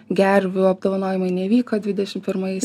gervių apdovanojimai nevyko dvidešim pirmais